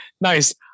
Nice